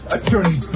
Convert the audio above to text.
Attorney